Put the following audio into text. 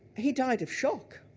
he died of shock.